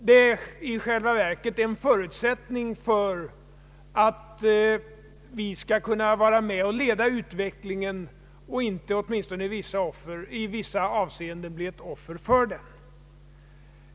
Det är i själva verket en förutsättning för att vi skall kunna vara med och leda utvecklingen och inte åtminstone i vissa avseenden bli ett offer för den.